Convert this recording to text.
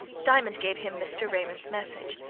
diamond gave him mr. raymond's message,